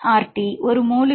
எனவே RT ஒரு மோலுக்கு 0